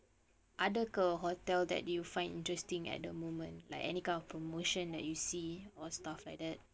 kau ada ke hotel that you find interesting at the moment like any kind of promotion that you see or stuff like that